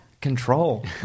control